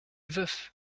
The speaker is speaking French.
veuf